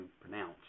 pronounce